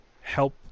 help